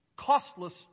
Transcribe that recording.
costless